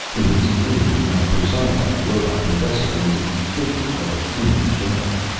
in his dream, he had personified the robot-confessor into the figure of a human judge.